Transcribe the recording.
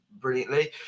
brilliantly